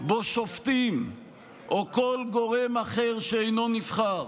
שבו שופטים או כל גורם אחר שאינו נבחר